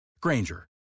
Granger